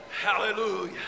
Hallelujah